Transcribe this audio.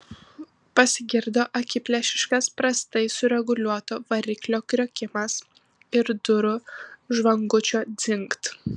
pasigirdo akiplėšiškas prastai sureguliuoto variklio kriokimas ir durų žvangučio dzingt